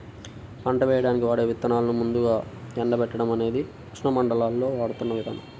పంట వేయడానికి వాడే విత్తనాలను ముందుగా ఎండబెట్టడం అనేది ఉష్ణమండలాల్లో వాడుతున్న విధానం